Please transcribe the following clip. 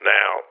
Now